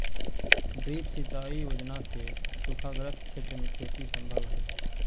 drip सिंचाई योजना से सूखाग्रस्त क्षेत्र में खेती सम्भव हइ